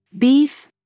Beef